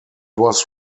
was